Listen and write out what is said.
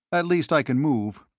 at last i can move.